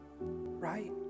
right